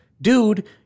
Dude